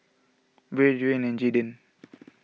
Brea Dwain and Jayden